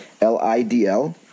L-I-D-L